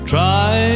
Try